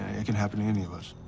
it can happen to any of us.